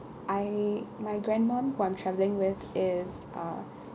I my grandmum who I'm travelling with is uh